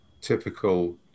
Typical